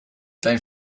dein